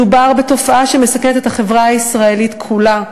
מדובר בתופעה שמסכנת את החברה הישראלית כולה.